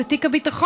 זה תיק הביטחון.